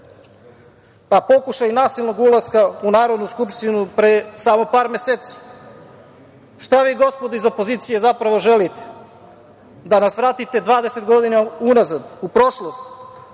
pokušaj nasilnog ulaska u Narodnu skupštinu pre samo par meseci. Šta vi gospodo iz opozicije zapravo želite? Da nas vratite 20 godina unazad, u prošlost